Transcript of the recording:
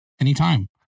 anytime